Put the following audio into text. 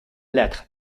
lettres